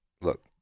look